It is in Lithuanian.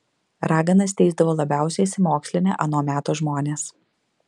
raganas teisdavo labiausiai išsimokslinę ano meto žmonės